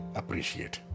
appreciate